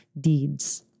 deeds